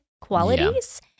qualities